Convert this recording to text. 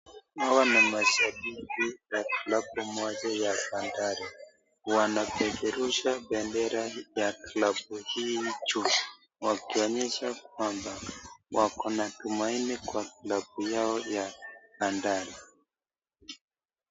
Hawa ni mashabiki wa klabu moja ya Bandari, wanapeperusha pendera ya klabu hii juu wakionyesha kwamba wako na tumaini kwa klabu yao ya Bandari.